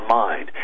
mind